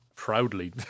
proudly